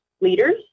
leaders